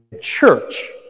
church